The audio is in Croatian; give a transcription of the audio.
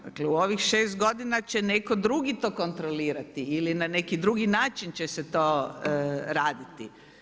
Dakle u ovih 6 godina će netko drugi to kontrolirati ili na neki drugi način će se to raditi.